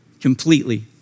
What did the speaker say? completely